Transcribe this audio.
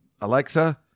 Alexa